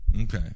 Okay